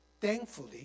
thankfully